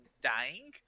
dying